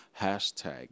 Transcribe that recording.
hashtag